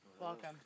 Welcome